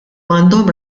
għandhom